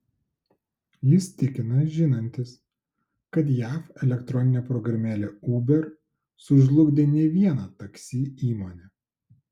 jis tikina žinantis kad jav elektroninė programėlė uber sužlugdė ne vieną taksi įmonę